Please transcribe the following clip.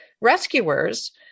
Rescuers